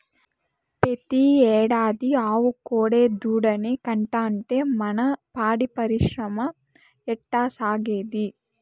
పెతీ ఏడాది ఆవు కోడెదూడనే కంటాంటే మన పాడి పరిశ్రమ ఎట్టాసాగేది